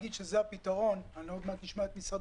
ולהגיד שזה הפתרון עוד מעט נשמע את משרד